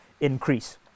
increase